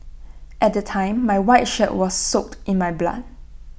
at the time my white shirt was soaked in my blood